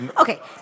Okay